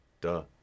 Duh